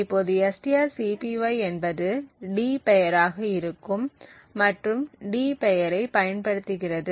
இப்போது strcpy என்பது d பெயராக இருக்கும் மற்றும் d பெயரைப் பயன்படுத்துகிறது